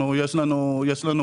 יש לנו בעיה.